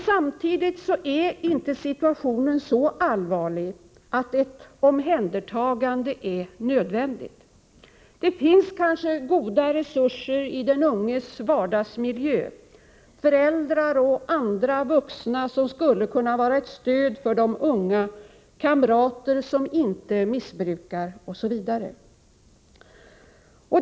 Samtidigt är inte situationen så allvarlig att ett omhändertagande är nödvändigt. Det finns goda resurser i den unges vardagsmiljö — föräldrar och andra vuxna som skulle kunna vara ett stöd för den unge, kamrater som inte missbrukar, osv.